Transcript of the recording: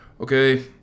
okay